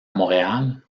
montréal